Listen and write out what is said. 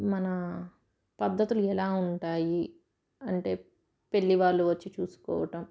మన పద్ధతులు ఎలా ఉంటాయి అంటే పెళ్లి వాళ్ళు వచ్చి చూసుకోవటం